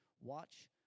watch